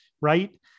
right